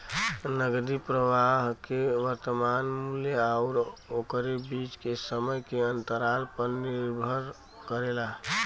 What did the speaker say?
नकदी प्रवाह के वर्तमान मूल्य आउर ओकरे बीच के समय के अंतराल पर निर्भर करेला